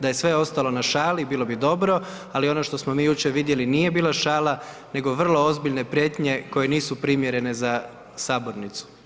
Da je sve ostalo na šali, bilo bi dobro, ali ono što smo mi jučer vidjeli nije bila šala, nego vrlo ozbiljne prijetnje koje nisu primjerene za sabornicu.